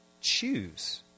choose